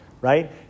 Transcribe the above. right